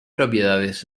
propiedades